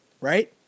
right